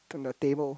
on the table